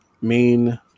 main